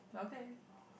okay